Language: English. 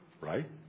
right